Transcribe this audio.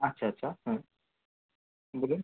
আচ্ছা আচ্ছা হুম বলুন